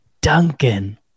Duncan